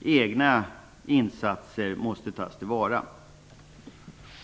egna insatser måste tas till vara.